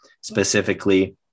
specifically